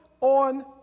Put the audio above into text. on